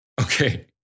Okay